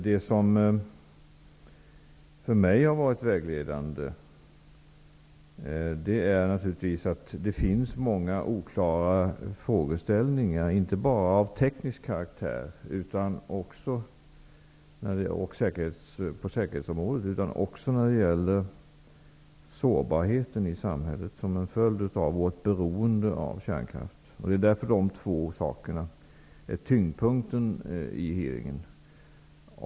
Det som för mig har varit vägledande är att det finns många frågor som är oklara, inte bara frågor av teknisk karaktär och frågor på säkerhetsområdet utan också frågor som rör sårbarheten i samhället, som en följd av vårt beroende av kärnkraften. Dessa två frågor är därför tyngdpunkten i hearingen.